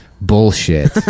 bullshit